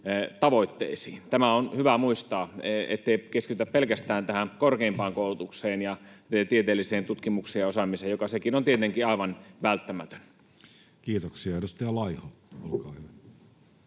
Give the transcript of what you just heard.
Tämä on hyvä muistaa, ettei keskitytä pelkästään tähän korkeimpaan koulutukseen ja tieteelliseen tutkimukseen ja osaamiseen, mikä sekin on tietenkin aivan välttämätön. Kiitoksia. — Edustaja Laiho, olkaa hyvä.